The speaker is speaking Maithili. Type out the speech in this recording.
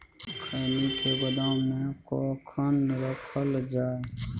खैनी के गोदाम में कखन रखल जाय?